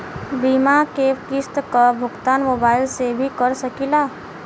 बीमा के किस्त क भुगतान मोबाइल से भी कर सकी ला?